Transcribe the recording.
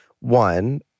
One